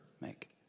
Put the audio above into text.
make